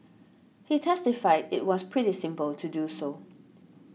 he testified it was pretty simple to do so